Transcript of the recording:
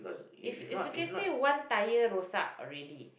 if if you can say one tire rosak already